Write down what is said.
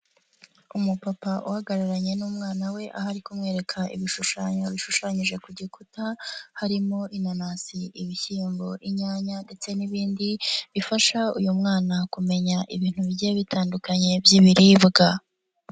Umupapa uhagararanye n'umwana we ahari kumwereka ibishushanyo bishushanyije ku gikuta, harimo inanasi ibishyimbo inyanya ndetse n'ibindi, bifasha uyu mwana kumenya ibintu bigiye bitandukanye by'ibiribwa.